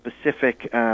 specific